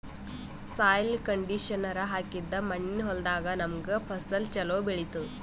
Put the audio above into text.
soil conditioner ಹಾಕಿದ್ದ್ ಮಣ್ಣಿನ್ ಹೊಲದಾಗ್ ನಮ್ಗ್ ಫಸಲ್ ಛಲೋ ಬೆಳಿತದ್